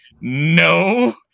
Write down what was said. No